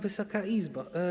Wysoka Izbo!